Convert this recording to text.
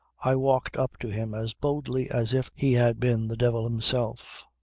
i walked up to him as boldly as if he had been the devil himself.